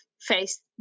face